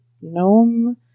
gnome